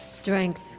Strength